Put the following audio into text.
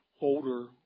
older